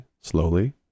slowly